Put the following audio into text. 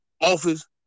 office